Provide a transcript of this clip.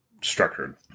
structured